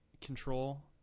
control